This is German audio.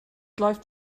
läuft